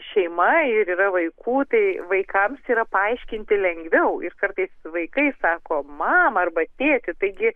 šeima ir yra vaikų tai vaikams yra paaiškinti lengviau ir kartais vaikai sako mama arba tėti taigi